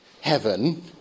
heaven